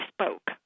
spoke